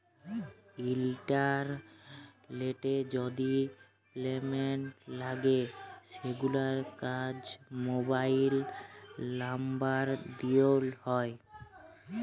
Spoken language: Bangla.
ইলটারলেটে যদি পেমেল্ট লাগে সেগুলার কাজ মোবাইল লামবার দ্যিয়ে হয়